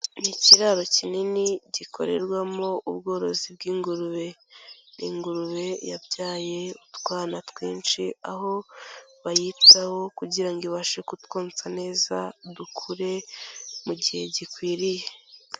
Ni ikiraro kinini gikorerwamo ubworozi bw'ingurube; ni ingurube yabyaye utwana twinshi, aho bayitaho kugira ibashe kutwonsa neza dukure mu gihe gikwiriye.